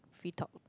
free talk